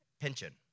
pension